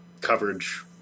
coverage